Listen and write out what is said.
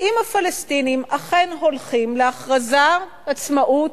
אם הפלסטינים אכן הולכים להכרזת עצמאות